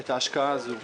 את ההשקעה הזאת,